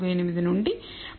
148 నుండి 11